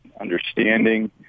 understanding